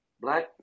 Black